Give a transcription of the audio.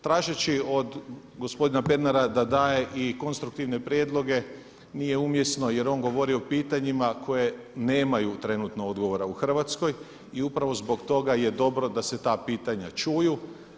Tražeći od gospodina Pernara da daje i konstruktivne prijedloge nije umjesno, jer on govori o pitanjima koje nemaju trenutno odgovora u Hrvatskoj i upravo zbog toga je dobro da se ta pitanja čuju.